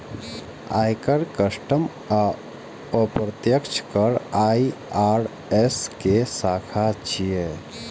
आयकर, कस्टम आ अप्रत्यक्ष कर आई.आर.एस के शाखा छियै